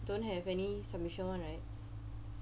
don't have any submission [one] right